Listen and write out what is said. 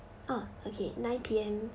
oh okay nine P_M